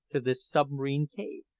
to this submarine cave,